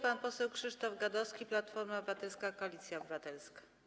Pan poseł Krzysztof Gadowski, Platforma Obywatelska - Koalicja Obywatelska.